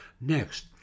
Next